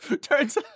Turns